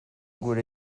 gure